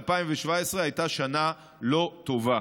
2017 הייתה שנה לא טובה.